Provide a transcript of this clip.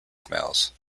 smells